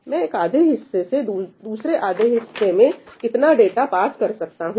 मैं एक आधे हिस्से से दूसरे आधे हिस्से में कितना डाटा पास कर सकता हूं